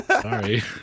sorry